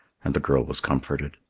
and the girl was comforted.